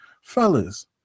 Fellas